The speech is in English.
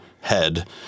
head